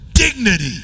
Dignity